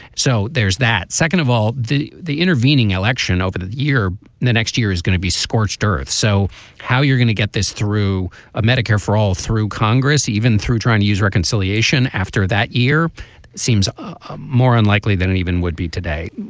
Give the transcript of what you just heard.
so there's that. second of all the the intervening election over that year the next year is gonna be scorched earth. so how you're gonna get this through a medicare for all through congress even through trying to use reconciliation after that year seems ah more unlikely than it even would be today.